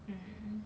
mm